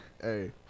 Hey